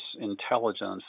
intelligence